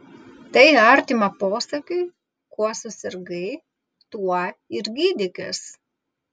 tai artima posakiui kuo susirgai tuo ir gydykis